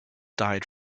died